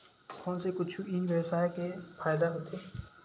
Phone से कुछु ई व्यवसाय हे फ़ायदा होथे?